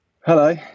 Hello